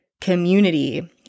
community